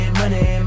money